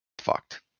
fucked